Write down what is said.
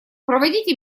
проводите